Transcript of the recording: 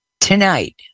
Tonight